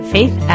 Faith